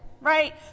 right